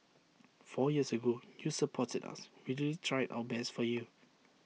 four years ago you supported us we really tried our best for you